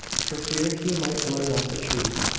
for fear he might blurt out the truth.